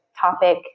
topic